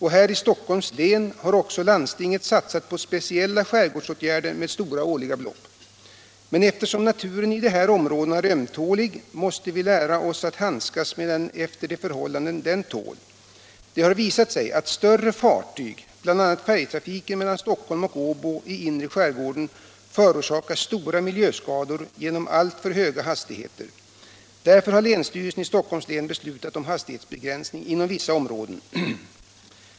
Här i Stockholms län har också landstinget satsat på speciella skärgårdsåtgärder med stora belopp årligen. Men eftersom naturen i de här områdena är ömtålig, måste vi lära oss att handskas med den på det sätt den tål. Det har visat sig att större fartyg, bl.a. färjtrafiken mellan Stockholm och Åbo i inre skärgården, förorsakar stora miljöskador genom alltför höga hastigheter. Därför har länsstyrelsen i Stockholms län beslutat om hastighetsbegränsning inom vissa områden.